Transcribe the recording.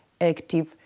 active